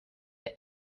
they